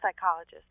psychologist